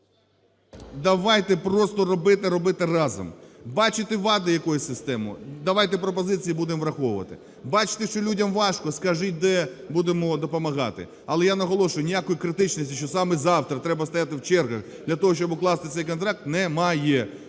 Давайте просто робити, робити разом. Бачити вади якоїсь системи. Давайте пропозиції і будемо враховувати. Бачити, що людям важко, скажіть де, будемо допомагати. Але я наголошую, ніякої критичності, що саме завтра треба стояти в чергах для того, щоб укласти цей контракт, немає.